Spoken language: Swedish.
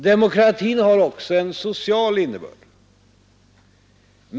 Demokratin har också en social innebörd.